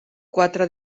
quatre